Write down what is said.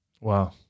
Wow